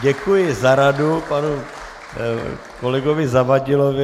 Děkuji za radu panu kolegovi Zavadilovi.